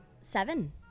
Seven